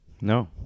No